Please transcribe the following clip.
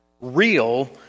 real